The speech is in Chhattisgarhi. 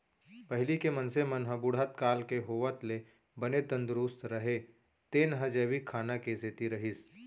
पहिली के मनसे मन ह बुढ़त काल के होवत ले बने तंदरूस्त रहें तेन ह जैविक खाना के सेती रहिस